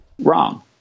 wrong